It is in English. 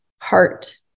heart